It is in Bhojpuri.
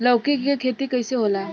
लौकी के खेती कइसे होला?